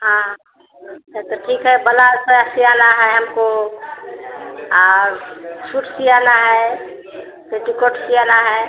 हाँ अच्छा तो ठीक है सियाना है हमको और सूट सियाना है पेटीकोट सियाना है